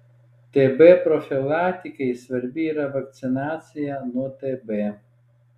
tb profilaktikai svarbi yra vakcinacija nuo tb